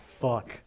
fuck